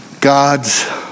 God's